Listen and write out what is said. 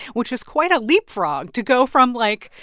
which is quite a leap frog to go from, like,